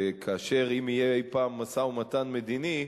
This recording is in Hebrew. וכאשר אם יהיה אי-פעם משא-ומתן מדיני,